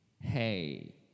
hey